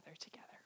together